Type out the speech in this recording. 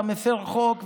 אתה מפר חוק,